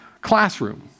classroom